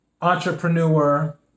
entrepreneur